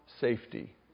safety